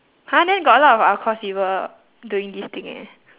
!huh! then got a lot of our course people doing this thing eh